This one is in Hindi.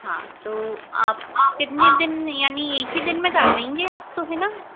हाँ तो आप कितने दिन यानी एक ही दिन में कर देंगें आप तो है ना